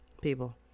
people